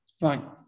Fine